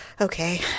okay